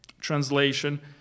translation